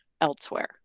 elsewhere